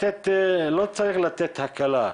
לא צריך לתת הקלה,